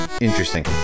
interesting